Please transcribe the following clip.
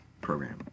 Program